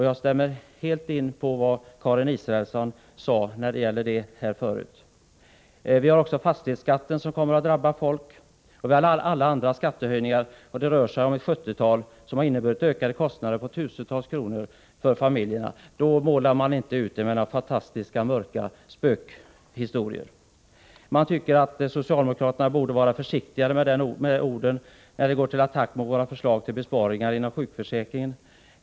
Jag instämmer helt i det som Karin Israelsson sade om detta tidigare. Även fastighetsskatten kommer att drabba folk. Vi har också alla andra skattehöjningar — det rör sig om ett sjuttiotal — som har inneburit ökade kostnader på tusentals kronor för familjerna. Detta målas emellertid inte upp med några fantastiska spökhistorier. Man tycker att socialdemokraterna borde vara försiktigare med orden när de går till attack mot våra förslag till besparingar inom sjukförsäkringen.